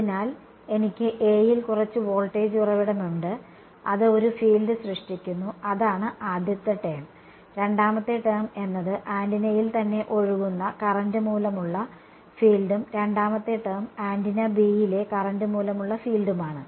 അതിനാൽ എനിക്ക് A യിൽ കുറച്ച് വോൾട്ടേജ് ഉറവിടമുണ്ട് അത് ഒരു ഫീൽഡ് സൃഷ്ടിക്കുന്നു അതാണ് ആദ്യത്തെ ടേം രണ്ടാമത്തെ ടേം എന്നത് ആന്റിനയിൽ തന്നെ ഒഴുകുന്ന കറന്റ് മൂലമുള്ള ഫീൽഡും രണ്ടാമത്തെ ടേം ആന്റിന B യിലെ കറന്റ് മൂലമുള്ള ഫീൽഡുമാണ്